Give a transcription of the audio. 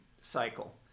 cycle